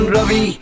Ravi